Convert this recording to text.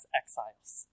exiles